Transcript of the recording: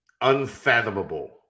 unfathomable